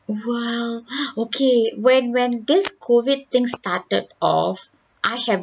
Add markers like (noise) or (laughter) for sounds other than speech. !wow! (breath) okay when when this COVID thing started off I have